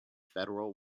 federal